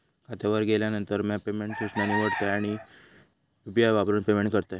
खात्यावर गेल्यानंतर, म्या पेमेंट सूचना निवडतय आणि यू.पी.आई वापरून पेमेंट करतय